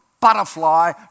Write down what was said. butterfly